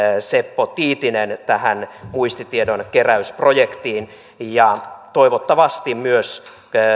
seppo tiitinen tähän muistitiedon keräysprojektiin toivottavasti myös